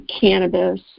cannabis